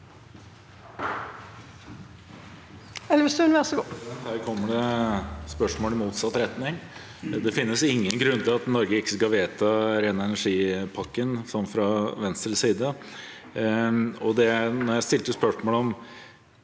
Her kommer det spørsmål i motsatt retning. Det finnes ingen grunn til at Norge ikke skal vedta ren energi-pakken, sett fra Venstres side. Da jeg stilte spørsmål om